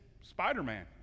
Spider-Man